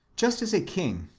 just as a king,